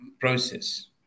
process